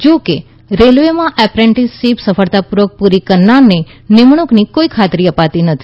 જોકે રેલવેમાં એપ્રેન્ટીસશીપ સફળતાપૂર્વક પૂરી કરનારને નિમણૂંકની કોઈ ખાતરી અપાતી નથી